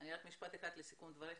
משפט איחד לסיכום דבריך.